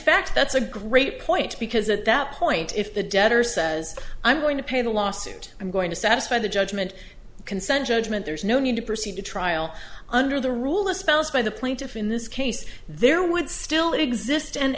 fact that's a great point because at that point if the debtor says i'm going to pay the lawsuit i'm going to satisfy the judgment consent judgment there's no need to proceed to trial under the rule espoused by the plaintiff in this case there would still exist